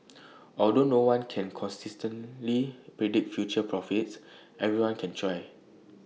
although no one can consistently predict future profits everyone can try